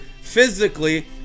physically